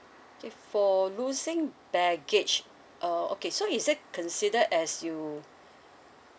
okay for losing baggage uh okay so is that consider as you